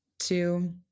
Two